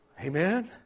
Amen